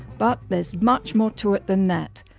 but, there's much more to it than that.